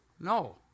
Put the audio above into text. No